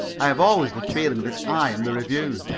i have always the feeling that i am the review,